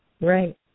Right